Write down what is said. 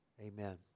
amen